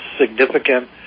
significant